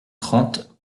trente